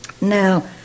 Now